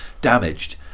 damaged